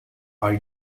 are